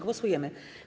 Głosujemy.